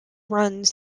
runs